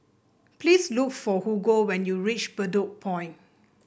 please look for Hugo when you reach Bedok Point